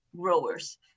growers